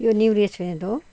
यो new restaurant हो